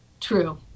True